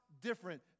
different